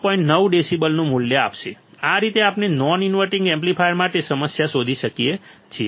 9 ડેસિબલનું મૂલ્ય આપશે આ રીતે આપણે નોન ઇન્વર્ટીંગ એમ્પ્લીફાયર માટે સમસ્યા શોધી શકીએ છીએ